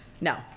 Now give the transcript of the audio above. No